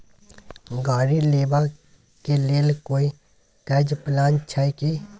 गाड़ी लेबा के लेल कोई कर्ज प्लान छै की?